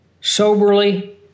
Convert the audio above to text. soberly